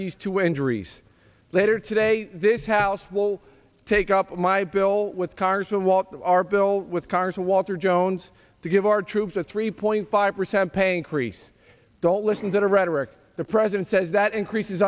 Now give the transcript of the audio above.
these two injuries later today this house will take up my bill with cars to walk our bill with cars walter jones to give our troops a three point five percent pay increase dull listen to the rhetoric the president says that increases